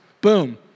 Boom